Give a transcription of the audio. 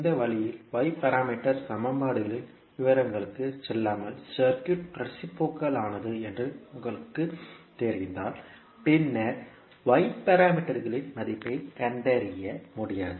இந்த வழியில் y parameter சமன்பாடுகளின் விவரங்களுக்குச் செல்லாமல் சர்க்யூட் ரேசிப்ரோகல் ஆனது என்று உங்களுக்குத் தெரிந்தால் பின்னர் y பாராமீட்டரகளின் மதிப்பைக் கண்டறிய முடியாது